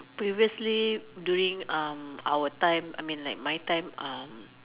previously during our time I mean like my time